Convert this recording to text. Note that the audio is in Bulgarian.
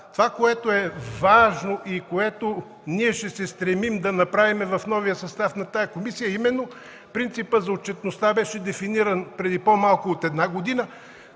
Това, което е важно и ще се стремим да направим в новия състав на тази комисия, е именно принципът на отчетността, дефиниран преди по-малко от една година.